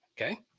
Okay